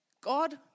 God